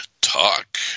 talk